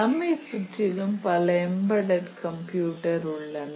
நம்மைச் சுற்றிலும் பல எம்பெட்டெட் கம்ப்யூட்டர் உள்ளன